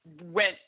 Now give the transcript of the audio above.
went